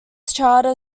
charter